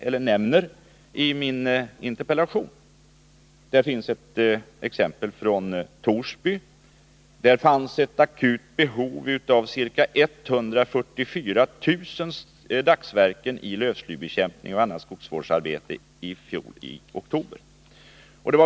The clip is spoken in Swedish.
Jag nämner Torsby där det i oktober i fjol fanns ett akut behov av ca 144 000 dagsverken i lövslybekämpning och annat skogsvårdsarbete.